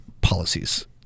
policies